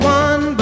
one